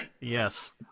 Yes